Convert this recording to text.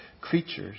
creatures